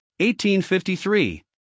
1853